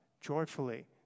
Joyfully